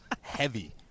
heavy